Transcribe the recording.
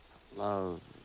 love.